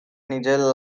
nigel